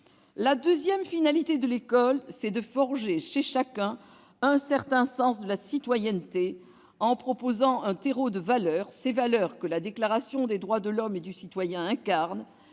La deuxième finalité de l'école est de forger chez chacun un certain sens de la citoyenneté, en proposant un terreau de valeurs, celles qu'incarne la Déclaration des droits de l'homme et du citoyen,